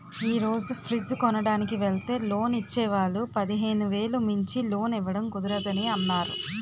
ఈ రోజు ఫ్రిడ్జ్ కొనడానికి వెల్తే లోన్ ఇచ్చే వాళ్ళు పదిహేను వేలు మించి లోన్ ఇవ్వడం కుదరదని అన్నారు